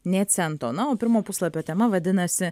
nė cento na o pirmo puslapio tema vadinasi